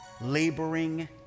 laboring